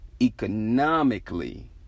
economically